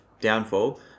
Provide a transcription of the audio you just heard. downfall